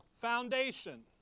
foundation